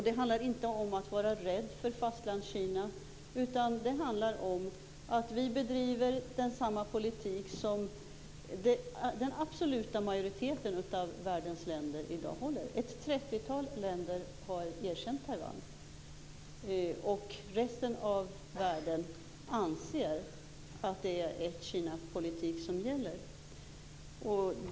Det handlar inte om att vara rädd för Fastlandskina, utan det handlar om att vi bedriver samma politik som den absoluta majoriteten av världens länder i dag bedriver. Ett trettiotal länder har erkänt Taiwan, och resten av världen anser att det är ett-Kina-politik som gäller.